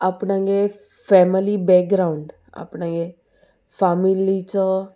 आपणागे family background आपणागे फामिलीचो